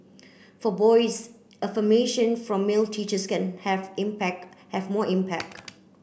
for boys affirmation from male teachers can have impact have more impact